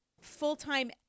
full-time